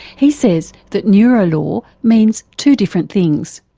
he says that neurolaw means two different things.